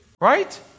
Right